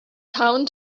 town